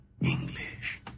English